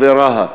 ורהט.